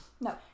No